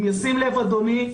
ישים לב אדוני,